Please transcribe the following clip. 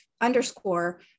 underscore